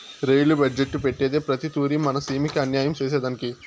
rail budget పెట్టేదే ప్రతి తూరి మన సీమకి అన్యాయం సేసెదానికి